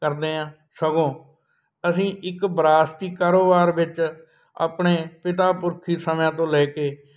ਕਰਦੇ ਹਾਂ ਸਗੋਂ ਅਸੀਂ ਇੱਕ ਵਿਰਾਸਤੀ ਕਾਰੋਬਾਰ ਵਿੱਚ ਆਪਣੇ ਪਿਤਾ ਪੁਰਖੀ ਸਮਿਆਂ ਤੋਂ ਲੈ ਕੇ